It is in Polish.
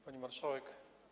Pani Marszałek!